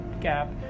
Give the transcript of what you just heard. gap